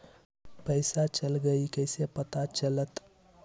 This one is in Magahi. पैसा चल गयी कैसे पता चलत?